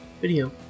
video